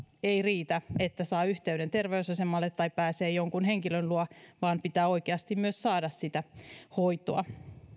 ei riitä että saa yhteyden terveysasemalle tai pääsee jonkun henkilön luo vaan pitää oikeasti myös saada sitä hoitoa